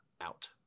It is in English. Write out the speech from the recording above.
out